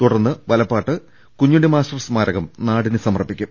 തുടർന്ന് വലപ്പാട് കുഞ്ഞുണ്ണിമാസ്റ്റർ സ്മാരകം നാടിന് സമർപ്പിക്കും